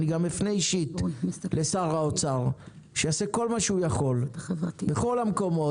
אני גם אפנה אישית לשר האוצר שיעשה כל מה שהוא יכול בכל המקומות